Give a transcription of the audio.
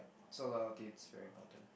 so loyalty it's very important